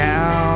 Now